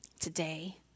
today